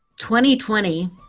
2020